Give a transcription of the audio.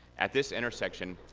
at this intersection,